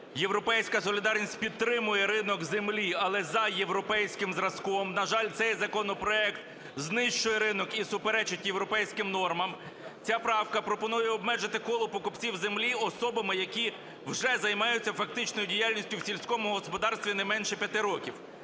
"Європейська солідарність" підтримує ринок землі, але за європейським зразком. На жаль, цей законопроект знищує ринок і суперечить європейським нормам. Ця правка пропонує обмежити коло покупців землі особами, які вже займаються фактичною діяльністю в сільському господарстві не менше 5 років.